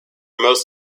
most